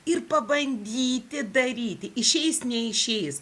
ir pabandyti daryti išeis neišeis